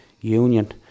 union